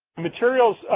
materials,